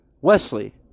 Wesley